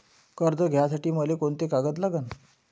कर्ज घ्यासाठी मले कोंते कागद लागन?